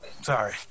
Sorry